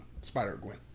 Spider-Gwen